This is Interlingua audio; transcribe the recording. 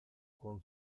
con